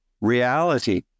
reality